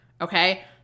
okay